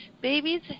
Babies